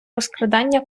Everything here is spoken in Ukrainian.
розкрадання